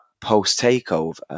post-takeover